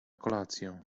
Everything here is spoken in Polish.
kolację